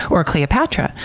or cleopatra,